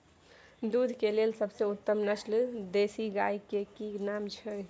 दूध के लेल सबसे उत्तम नस्ल देसी गाय के की नाम छै?